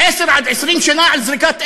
עשר עד 20 שנה על זריקת אבן.